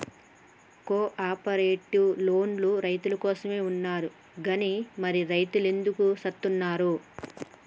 కో ఆపరేటివోల్లు రైతులకోసమే ఉన్నరు గని మరి రైతులెందుకు సత్తున్నరో